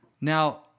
Now